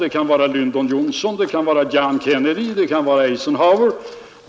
Det kan vara Lyndon Johnson, det kan vara John Kennedy, det kan vara Dwight Eisenhower.